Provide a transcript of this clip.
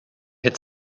hit